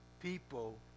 people